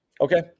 Okay